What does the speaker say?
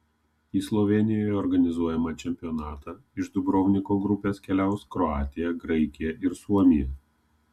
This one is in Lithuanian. į slovėnijoje organizuojamą čempionatą iš dubrovniko grupės keliaus kroatija graikija ir suomija